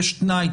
יש תנאי,